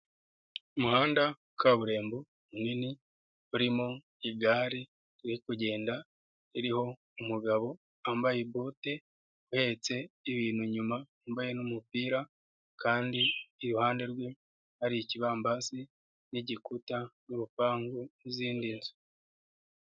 Umuhanda wa kaburerimbo munini urimo igare riri kugenda ririho umugabo wambaye bote ahetse ibintu inyuma, yambaye n'umupira kandi iruhande rwe hari ikibambasi n'igikuta n'urupangu n'izindi nzu.